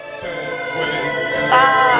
Bye